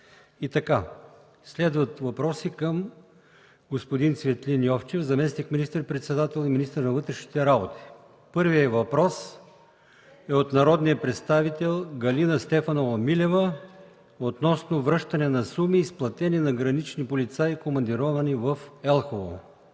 Следват въпроси към господин Цветлин Йовчев – заместник министър-председател и министър на вътрешните работи. Първият въпрос е от народния представител Галина Стефанова Милева относно връщане на суми, изплатени на гранични полицаи, командировани в Елхово.